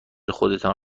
خودتان